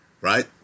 right